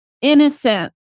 innocent